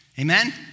Amen